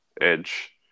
Edge